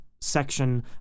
section